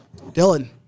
Dylan